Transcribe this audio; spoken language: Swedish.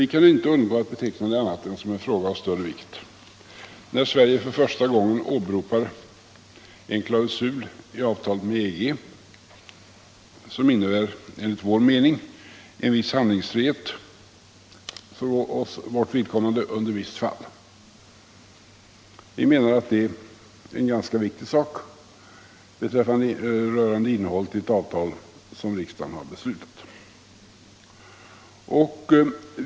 Vi kan inte undgå att beteckna det som en fråga av större vikt när Sverige för första gången åberopar en klausul i avtalet med EG som enligt vår mening innebär en viss handlingsfrihet för vårt vidkommande i speciella fall. Vi menar att detta är en ganska viktig sak — den rör innehållet i ett avtal som riksdagen har beslutat om.